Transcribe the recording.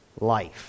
life